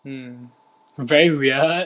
mm very weird